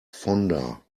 fonder